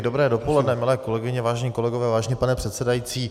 Dobré dopoledne, milé kolegyně, vážení kolegové, vážený pane předsedající.